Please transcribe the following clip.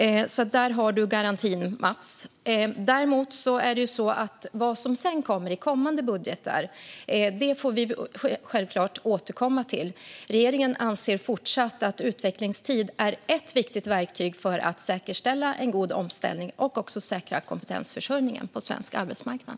Där har du alltså garantin, Mats! Däremot får vi självklart återkomma till vad som kommer i kommande budgetar. Regeringen anser fortsatt att utvecklingstid är ett viktigt verktyg för att säkerställa en god omställning och även säkra kompetensförsörjningen på svensk arbetsmarknad.